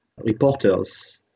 reporters